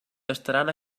estaran